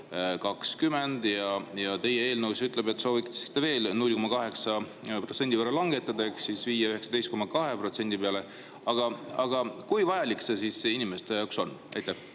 20%, ja teie eelnõu ütleb, et sooviks veel 0,8% võrra langetada ehk viia 19,2% peale. Aga kui vajalik see inimeste jaoks on? Aitäh!